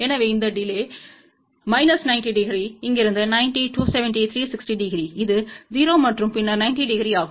எனவே இந்த delay minus 90 degree இங்கிருந்து 90 270 360 டிகிரி இது 0 மற்றும் பின்னர் 90 டிகிரி ஆகும்